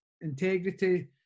integrity